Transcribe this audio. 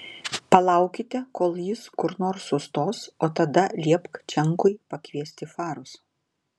palaukite kol jis kur nors sustos o tada liepk čenkui pakviesti farus